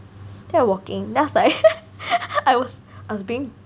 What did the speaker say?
then we're walking then I was like I was I was being